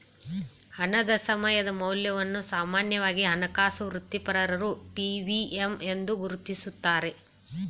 ಹಣದ ಸಮಯದ ಮೌಲ್ಯವನ್ನು ಸಾಮಾನ್ಯವಾಗಿ ಹಣಕಾಸು ವೃತ್ತಿಪರರು ಟಿ.ವಿ.ಎಮ್ ಎಂದು ಗುರುತಿಸುತ್ತಾರೆ